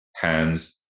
hands